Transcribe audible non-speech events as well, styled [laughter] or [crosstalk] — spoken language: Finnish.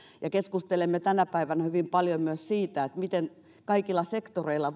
keskustelemme tänä päivänä hyvin paljon myös siitä miten voimme taata kaikilla sektoreilla [unintelligible]